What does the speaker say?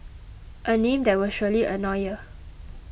a name that will surely annoy ya